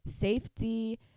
safety